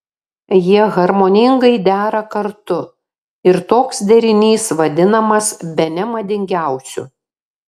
jie harmoningai dera kartu ir toks derinys vadinamas bene madingiausiu